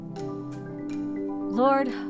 Lord